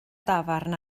dafarn